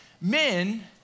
men